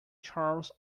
charles